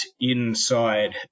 inside